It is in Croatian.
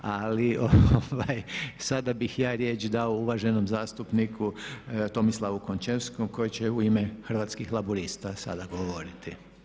Ali sada bih ja riječ dao uvaženom zastupniku Tomislavu Končevskom koji će u ime Hrvatskih laburista sada govoriti.